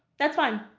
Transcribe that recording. that's fine.